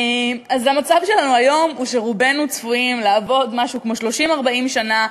אז המצב שלנו היום הוא שצפוי שרובנו נעבוד משהו כמו 40-30 שנה,